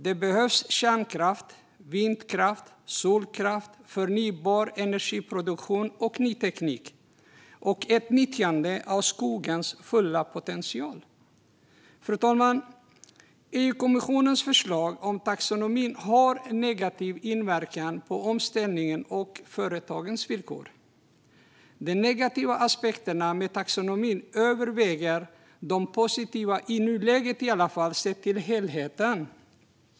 Då behövs kärnkraft, vindkraft, solkraft, förnybar energiproduktion, ny teknik och ett nyttjande av skogens fulla potential. Fru talman! EU-kommissionens förslag om taxonomin har negativ inverkan på omställningen och företagens villkor. De negativa aspekterna av taxonomin överväger de positiva, i alla fall i nuläget sett till helheten.